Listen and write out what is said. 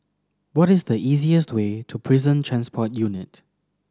what is the easiest way to Prison Transport Unit